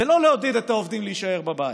ולא לעודד את העובדים להישאר בבית.